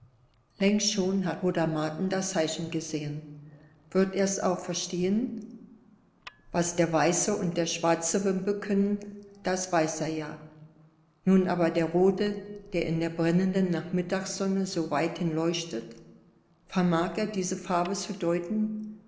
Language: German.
längst schon hat bruder martin das zeichen gesehen wird er's auch verstehend was der weiße und der schwarze wimpel künden das weiß er ja nun aber der rote der in der brennenden nachmittagssonne so weithin leuchtet vermag er diese